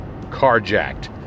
carjacked